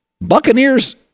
Buccaneers